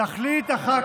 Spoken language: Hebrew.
תכלית אחת,